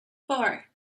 four